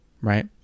right